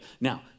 Now